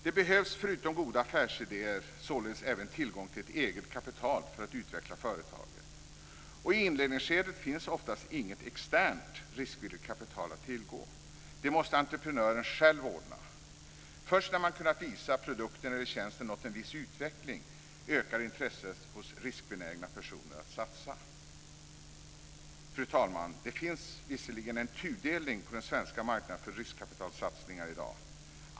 Det behövs, förutom goda affärsidéer, således även tillgång till eget kapital för att utveckla företaget. I inledningsskedet finns oftast inget externt riskvilligt kapital att tillgå. Det måste entreprenören själv ordna. Först när man kunnat visa att produkten eller tjänsten nått en viss utveckling ökar intresset hos riskbenägna personer att satsa. Fru talman! Det finns visserligen en tudelning på den svenska marknaden för riskkapitalsatsningar i dag.